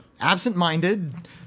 absent-minded